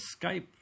skype